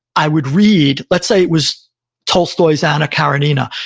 i would read. let's say it was tolstoy's anna karenina.